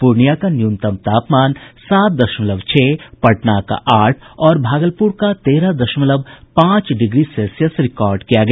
पूर्णियां का न्यूनतम तापमान सात दशमलव छह पटना का आठ और भागलपुर का तेरह दशमलव पांच डिग्री सेल्सियस रिकॉर्ड किया गया